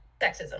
sexism